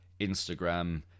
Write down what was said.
Instagram